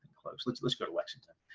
close, let's let's go to lexington,